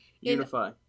Unify